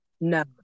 No